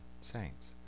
saints